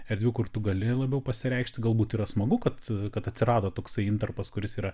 erdvių kur tu gali labiau pasireikšti galbūt yra smagu kad kad atsirado toksai intarpas kuris yra